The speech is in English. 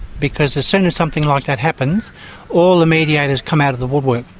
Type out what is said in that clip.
because as soon as something like that happens all the mediators come out of the woodwork,